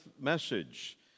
message